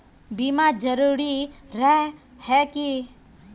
बीमा जरूरी रहे है की?